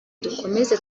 dukomeze